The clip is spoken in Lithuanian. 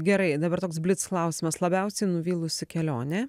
gerai dabar toks blic klausimas labiausiai nuvylusi kelionė